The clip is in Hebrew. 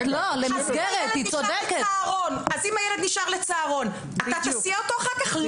אז אם הילד נשאר לצהרון, אתה תסיע אותו אחר-כך?